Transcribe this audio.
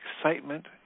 excitement